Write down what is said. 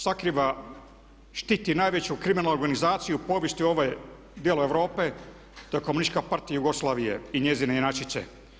Sakriva, štiti najveću kriminalnu organizaciju u povijesti ovog dijela Europe to je komunistička partija Jugoslavije i njezine inačice.